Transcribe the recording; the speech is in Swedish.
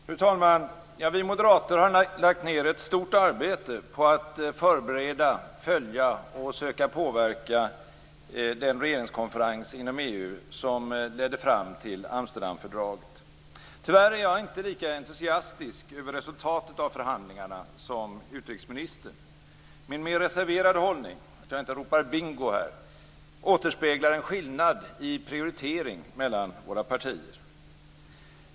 Fru talman! Vi moderater har lagt ned ett stort arbete på att förbereda, följa och söka påverka den regeringskonferens inom EU som ledde fram till Amsterdamfördraget. Tyvärr är jag inte lika entusiastisk över resultatet av förhandlingarna som utrikesministern. Min mer reserverade hållning - att jag inte ropar bingo - återspeglar en skillnad i prioritering mellan våra partier.